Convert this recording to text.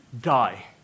die